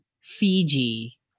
Fiji